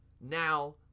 now